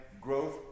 growth